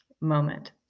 moment